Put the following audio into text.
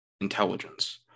intelligence